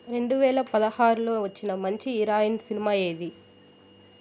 రెండు వేల పదహారులో వచ్చిన మంచి ఇరాయిన్ సినిమా ఏది